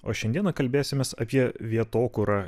o šiandieną kalbėsimės apie vietokurą